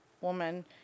woman